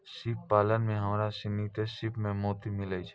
सिप पालन में हमरा सिनी के सिप सें मोती मिलय छै